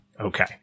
Okay